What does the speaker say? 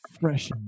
fresh